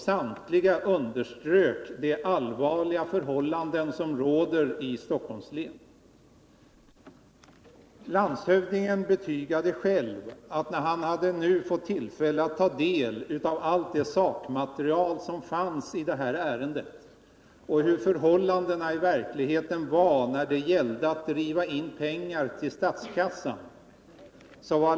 Samtliga underströk de allvarliga förhållanden som råder i Stockholms län. Landshövdingen betygade själv att han var mycket orolig efter det att han hade fått ta del av allt det sak material som fanns i detta ärende och sedan han fått veta hur förhållandena i verkligheten är när det gäller indrivning av pengar till statskassan.